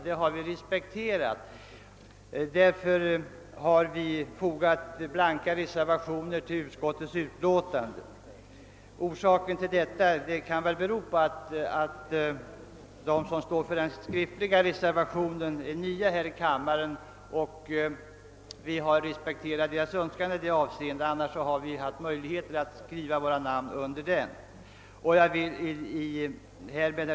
Det har vi respekterat, som fogat en blank reservation till utskottets utlåtande — annars skulle vi ha kunnat skriva våra namn under den motiverade reservationen. Herr talman!